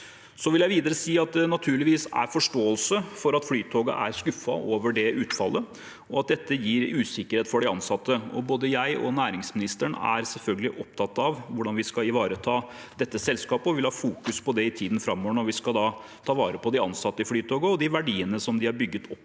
vil jeg si at det naturligvis er forståelse for at Flytoget er skuffet over det utfallet, og at dette gir usikkerhet for de ansatte. Både jeg og næringsministeren er selvfølgelig opptatt av hvordan vi skal ivareta dette selskapet, og vil fokusere på det i tiden framover når vi skal ta vare på de ansatte i Flytoget og de verdiene de har bygget opp